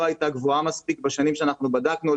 היתה גבוהה מספיק בשנים שאנחנו בדקנו,